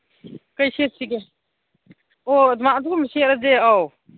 ꯀꯩ ꯁꯦꯠꯁꯤꯒꯦ ꯑꯣ ꯑꯗꯨꯃꯥꯏ ꯑꯗꯨꯒꯨꯝꯕ ꯁꯦꯠꯂꯁꯦ ꯑꯧ